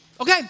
okay